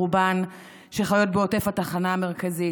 שחיות בעוטף התחנה המרכזית.